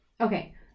Okay